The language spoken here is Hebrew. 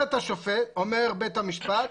אומר בית המשפט: